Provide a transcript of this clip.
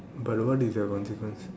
but the what is your consequence